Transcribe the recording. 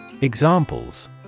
Examples